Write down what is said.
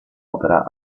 opera